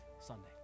Sunday